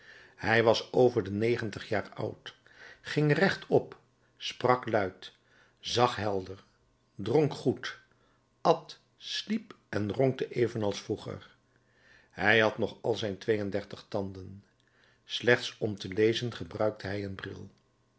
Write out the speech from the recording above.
hij was over de negentig jaar oud ging rechtop sprak luid zag helder dronk goed at sliep en ronkte evenals vroeger hij had nog al zijn twee-en-dertig tanden slechts om te lezen gebruikte hij een bril